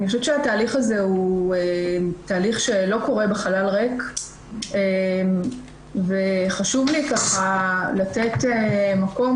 אני חושבת שהתהליך הזה הוא תהליך שלא קורה בחלל ריק וחשוב לי לתת מקום